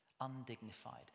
undignified